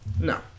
No